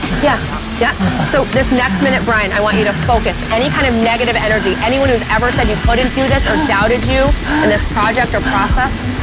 yeah, yeah so this next minute brian i want you to focus any kind of negative energy, anyone who's ever said you couldn't do this or doubted you in this project or process,